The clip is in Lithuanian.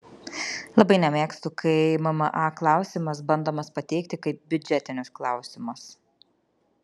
labai nemėgstu kai mma klausimas bandomas pateikti kaip biudžetinis klausimas